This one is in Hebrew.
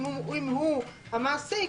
אם הוא המעסיק,